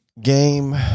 game